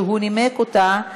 וגם כאן הוא נימק אותה,